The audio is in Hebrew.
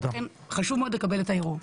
חשוב מאוד לקבל את הערעור.